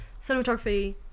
Cinematography